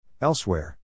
Elsewhere